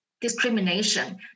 discrimination